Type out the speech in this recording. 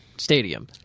stadium